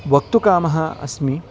वक्तुकामः अस्मि